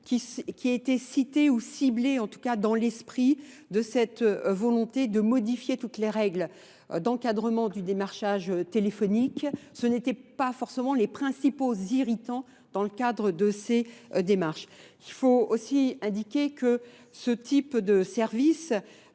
qui aient été cités ou ciblés dans l'esprit de cette volonté de modifier toutes les règles. d'encadrement du démarchage téléphonique, ce n'étaient pas forcément les principaux irritants dans le cadre de ces démarches. Il faut aussi indiquer que ce type de services